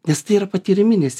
nes tai yra patyriminės